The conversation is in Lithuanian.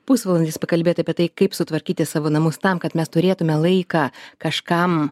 pusvalandis pakalbėt apie tai kaip sutvarkyti savo namus tam kad mes turėtume laiką kažkam